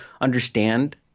understand